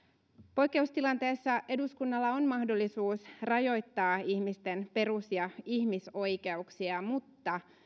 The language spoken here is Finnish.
poikkeustilanteessa eduskunnalla on mahdollisuus rajoittaa ihmisten perus ja ihmisoikeuksia mutta